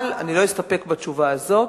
אבל אני לא אסתפק בתשובה הזאת,